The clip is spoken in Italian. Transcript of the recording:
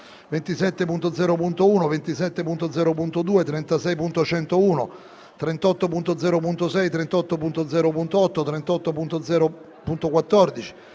27.0.1, 27.0.2, 36.101, 38.0.6, 38.0.8, 38.0.14,